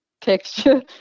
texture